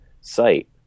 site